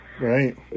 Right